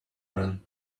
man